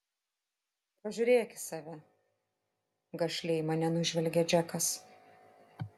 pažiūrėk į save gašliai mane nužvelgia džekas